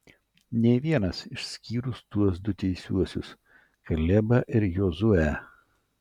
nė vienas išskyrus tuos du teisiuosius kalebą ir jozuę